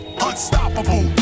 Unstoppable